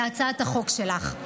זה להצעת החוק שלך.